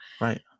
Right